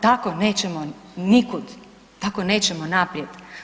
Tako nećemo nikud, tako nećemo naprijed.